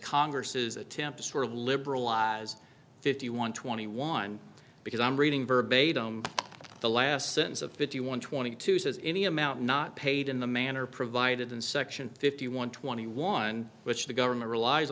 congress's attempts were liberalized fifty one twenty one because i'm reading verbatim the last sentence of fifty one twenty two says any amount not paid in the manner provided in section fifty one twenty one which the government relies